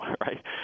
Right